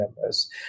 members